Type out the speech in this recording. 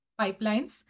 pipelines